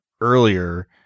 earlier